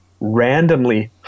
randomly